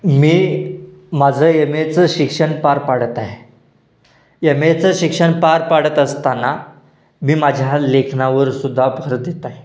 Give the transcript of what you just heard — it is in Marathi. मी माझं एम एचं शिक्षण पार पाडत आहे एम एचं शिक्षण पार पाडत असताना मी माझ्या लेखनावर सुद्धा भर देत आहे